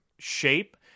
shape